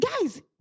Guys